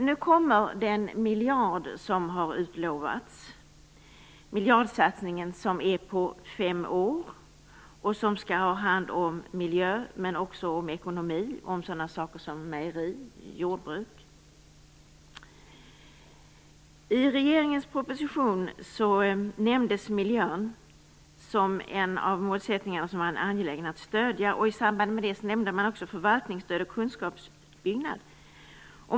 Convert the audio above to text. Nu kommer dock den miljard som har utlovats. Miljardsatsningen är på fem år och skall ta hand om miljön, men också om ekonomin och om sådana saker som mejeri och jordbruk. I regeringens proposition nämndes miljön som en av de målsättningar man var angelägen om att stödja. I samband med det nämnde man också förvaltningsstöd och kunskapsuppbyggnad.